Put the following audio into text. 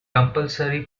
compulsory